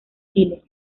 chile